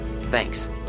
Thanks